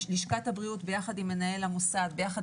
לשכת הבריאות יחד עם מנהל המוסד יחד